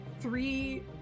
three